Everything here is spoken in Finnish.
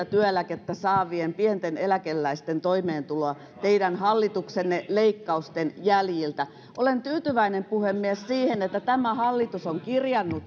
työeläkettä saavien pienten eläkeläisten toimeentuloa teidän hallituksenne leikkausten jäljiltä olen tyytyväinen puhemies siihen että tämä hallitus on kirjannut